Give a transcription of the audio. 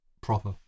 proper